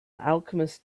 alchemist